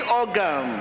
organ